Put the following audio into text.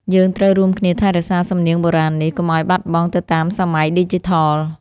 យើងត្រូវរួមគ្នាថែរក្សាសំនៀងបុរាណនេះ កុំឱ្យបាត់បង់ទៅតាមសម័យឌីជីថល។